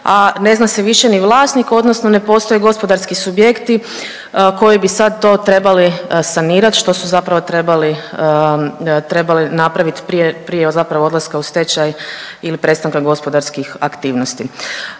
a ne zna se više ni vlasnik odnosno ne postoje gospodarski subjekti koji bi sad to trebali sanirat, što su zapravo trebali, trebali napraviti prije zapravo odlaska u stečaj ili prestanka gospodarskih aktivnosti.